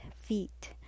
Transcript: feet